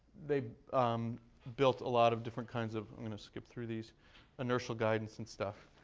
they um built a lot of different kinds of i'm going to skip through these inertial guidance and stuff,